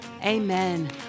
amen